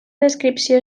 descripció